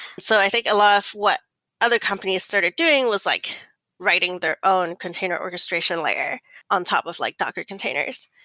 so i think a lot of what other companies started doing was like writing their own container orchestration layer on top of like docker containers.